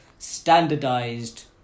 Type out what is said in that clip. Standardized